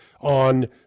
On